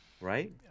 Right